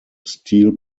steel